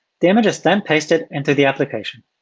the image is then pasted into the application.